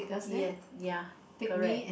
yes ya correct